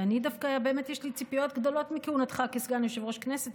ודווקא באמת יש לי ציפיות גדולות מכהונתך כסגן יושב-ראש הכנסת.